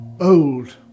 old